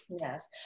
Yes